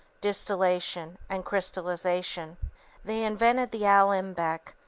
distillation, and crystallization they invented the alembic,